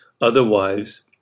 Otherwise